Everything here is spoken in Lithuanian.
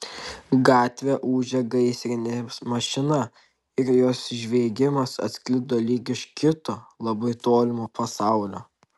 gatve ūžė gaisrinė mašina ir jos žviegimas atsklido lyg iš kito labai tolimo pasaulio